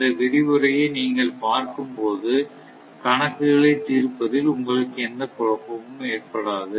இந்த விரிவுரையை நீங்கள் பார்க்கும்போது கணக்குகளை தீர்ப்பதில் உங்களுக்கு எந்த குழப்பமும் ஏற்படாது